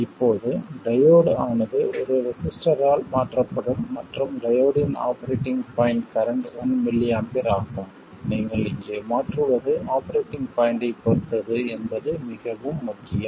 இப்போது டையோடு ஆனது ஒரு ரெசிஸ்டர் ஆல் மாற்றப்படும் மற்றும் டையோடின் ஆபரேட்டிங் பாய்ண்ட் கரண்ட் 1mA ஆகும் நீங்கள் இங்கே மாற்றுவது ஆபரேட்டிங் பாய்ண்ட்டைப் பொறுத்தது என்பது மிகவும் முக்கியம்